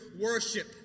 worship